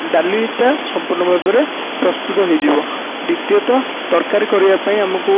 ଡାଲି ଟା ସମ୍ପୂର୍ଣ ଭାବରେ ପ୍ରସ୍ତୁତ ହେଇଯିବ ଦ୍ବିତୀୟତଃ ତରକାରୀ କରିବା ପାଇଁ ଆମକୁ